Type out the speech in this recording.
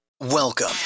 Welcome